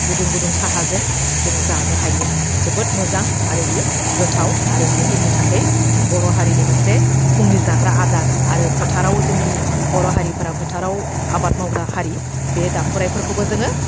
गुदुं गुदुं साहाजों जोंङो जानो हायो जोबोद मोजां आरो बियो गोथाव आरो बेयो जोंनि थाखै बर' हारिनि मोनसे फुंनि जाग्रा आदार आरो फोथाराव जोंनि बर' हारिफ्रा फोथाराव आबाद मावग्रा हारि बे दाखुराइफोरखौबो जोङो